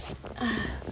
ah